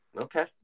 Okay